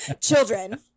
children